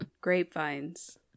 Grapevines